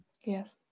Yes